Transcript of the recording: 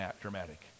dramatic